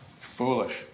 Foolish